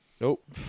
Nope